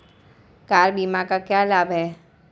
Car बीमा का क्या लाभ है?